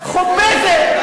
חוביזה.